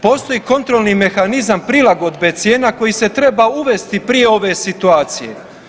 Postoji kontrolni mehanizma prilagodbe cijena koji se treba uvesti prije ove situacije.